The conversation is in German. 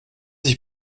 sich